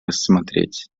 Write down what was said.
рассмотреть